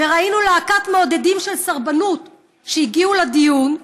וראינו להקת מעודדים של סרבנות שהגיעו לדיון,